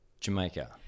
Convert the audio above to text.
Jamaica